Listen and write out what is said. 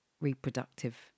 reproductive